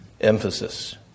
emphasis